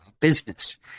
business